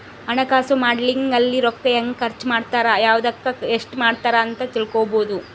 ಹಣಕಾಸು ಮಾಡೆಲಿಂಗ್ ಅಲ್ಲಿ ರೂಕ್ಕ ಹೆಂಗ ಖರ್ಚ ಮಾಡ್ತಾರ ಯವ್ದುಕ್ ಎಸ್ಟ ಮಾಡ್ತಾರ ಅಂತ ತಿಳ್ಕೊಬೊದು